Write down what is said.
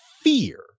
fear